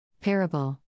Parable